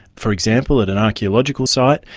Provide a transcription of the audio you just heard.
for example, at an archaeological site,